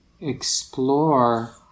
explore